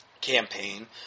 campaign